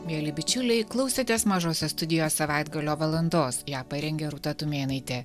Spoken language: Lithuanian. mieli bičiuliai klausėtės mažosios studijos savaitgalio valandos ją parengė rūta tumėnaitė